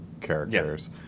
characters